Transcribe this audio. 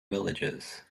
villages